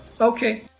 Okay